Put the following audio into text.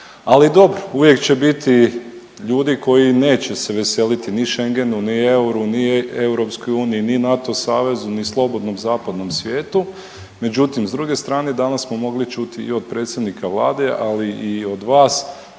Ali dobro, uvijek će biti ljudi koji neće se veseliti ni Schengenu, ni euru, ni EU, ni NATO savezu, ni slobodnom zapadnom svijetu, međutim s druge strane danas smo mogli čuti i od predsjednika Vlade, ali i od vas